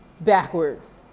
Backwards